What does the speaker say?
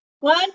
One